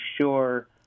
sure –